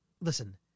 Listen